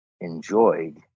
enjoyed